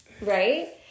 Right